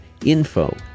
info